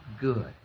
good